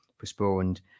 postponed